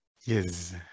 Yes